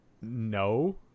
No